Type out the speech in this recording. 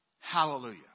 hallelujah